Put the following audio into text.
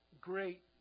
Great